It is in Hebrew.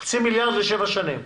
חצי מיליארד, שבע שנים.